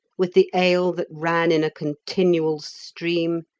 with the ale that ran in a continual stream,